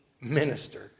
minister